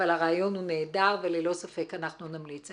אבל הרעיון הוא נהדר, וללא ספק אנחנו נמליץ.